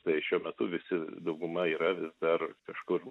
tai šiuo metu visi dauguma yra vis dar kažkur